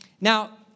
Now